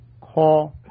call